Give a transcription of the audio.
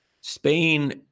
Spain